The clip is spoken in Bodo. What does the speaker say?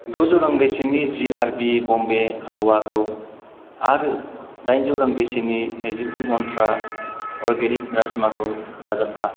दजौ रां बेसेननि जिआरबि बम्बे हाल्वाखौ आरो दाइनजौ रां बेसेननि नैजिब्रै मन्त्रा अरगेनिक राजमाखौ दाजाबफा